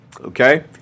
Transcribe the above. okay